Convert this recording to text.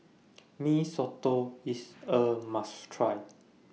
Mee Soto IS A must Try